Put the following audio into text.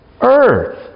Earth